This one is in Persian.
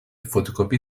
فتوکپی